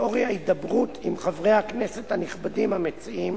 לאור ההידברות עם חברי הכנסת הנכבדים המציעים